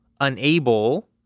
unable